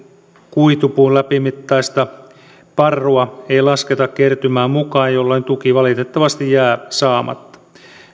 kuitupuun läpimittaista parrua ei lasketa kertymään mukaan jolloin tuki valitettavasti jää saamatta